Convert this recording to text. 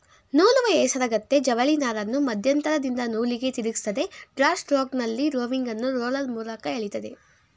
ನೂಲುವ ಹೇಸರಗತ್ತೆ ಜವಳಿನಾರನ್ನು ಮಧ್ಯಂತರದಿಂದ ನೂಲಿಗೆ ತಿರುಗಿಸ್ತದೆ ಡ್ರಾ ಸ್ಟ್ರೋಕ್ನಲ್ಲಿ ರೋವಿಂಗನ್ನು ರೋಲರ್ ಮೂಲಕ ಎಳಿತದೆ